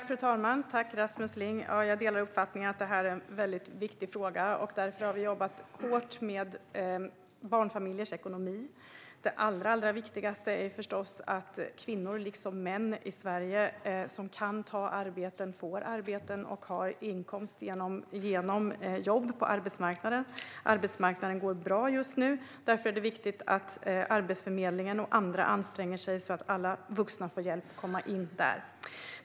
Fru talman! Tack, Rasmus Ling, för frågan! Jag delar uppfattningen att detta är en mycket viktig fråga. Därför har regeringen jobbat hårt med barnfamiljers ekonomi. Det allra viktigaste är förstås att kvinnor liksom män i Sverige som kan ta ett arbete får arbete och har inkomst genom jobb på arbetsmarknaden. Arbetsmarknaden går bra just nu. Därför är det viktigt att Arbetsförmedlingen och andra anstränger sig så att alla vuxna får hjälp att komma in där.